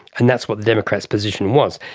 and that's what the democrats position was.